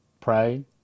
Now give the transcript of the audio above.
pray